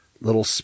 little